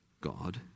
God